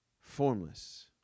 formless